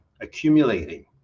accumulating